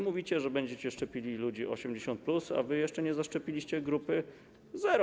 Mówicie, że będziecie szczepili ludzi 80+, a jeszcze nie zaszczepiliście grupy zero.